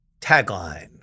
Tagline